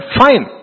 fine